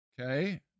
Okay